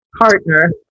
partner